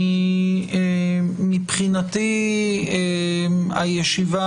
מבחינתי בישיבה